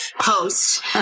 post